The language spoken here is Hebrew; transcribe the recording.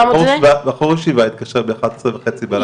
בחור ישיבה התקשר ב-23:30 בלילה.